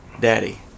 Daddy